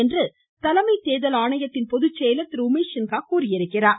என்று தலைமை தேர்தல் ஆணைய பொதுச்செயலர் திரு உமேஷ் சின்ஹா தெரிவித்துள்ளார்